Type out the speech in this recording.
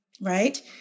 Right